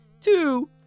Two